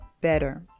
better